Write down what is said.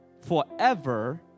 forever